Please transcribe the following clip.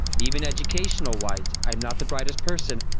even educational-wise, i'm not the brightest person,